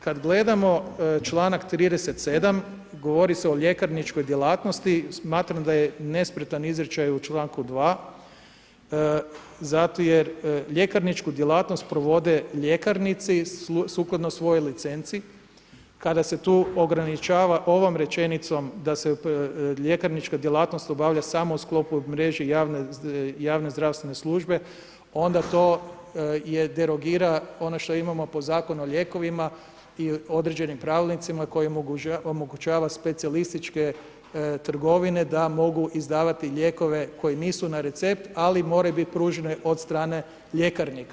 Kada gledamo članak 37. govori se o ljekarničkoj djelatnosti, smatram da je nespretan izričaj u članku 2. zato jer ljekarničku djelatnost provode ljekarnici sukladno svojoj licenci kada se tu ograničava ovom rečenicom da se ljekarnička djelatnost obavlja samo u sklopu mreže javne zdravstvene službe onda to derogira ono što imamo po zakonu o lijekovima i određenim pravilnicima koji omogućava specijalističke trgovine da mogu izdavati lijekove koji nisu na recept ali moraju biti pruženi od strane ljekarnika.